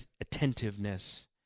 attentiveness